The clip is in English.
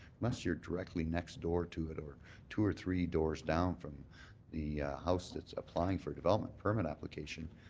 unless you're directly next door to it or two or three doors down from the house that's applying for a development permit application,